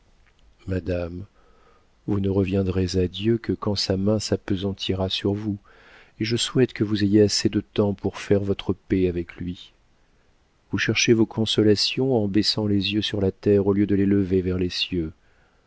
madame vous ne reviendrez à dieu que quand sa main s'appesantira sur vous et je souhaite que vous ayez assez de temps pour faire votre paix avec lui vous cherchez vos consolations en baissant les yeux sur la terre au lieu de les lever vers les cieux